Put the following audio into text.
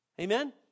Amen